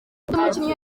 umukinnyi